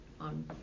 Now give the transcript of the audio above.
on